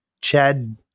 Chad